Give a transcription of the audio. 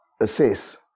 assess